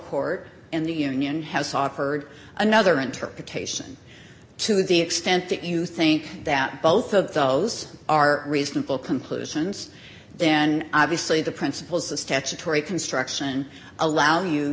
court in the union has offered another interpretation to the extent that you think that both of those are reasonable conclusions then obviously the principles of statutory construction allow you